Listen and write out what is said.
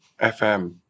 FM